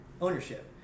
ownership